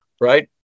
Right